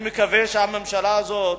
אני מקווה שהממשלה הזאת,